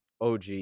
OG